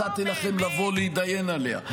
הצעתי לכם לבוא להתדיין עליה.